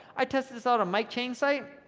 i tested this out on mike chang's site,